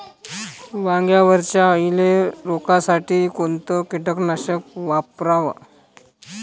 वांग्यावरच्या अळीले रोकासाठी कोनतं कीटकनाशक वापराव?